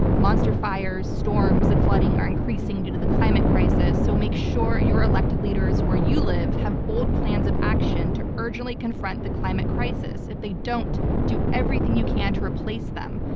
monster fires, storms, and flooding are increasing due to the climate crisis, so make sure your elected leaders where you live have bold plans of action to urgently confront the climate crisis if they don't do everything you can to replace them.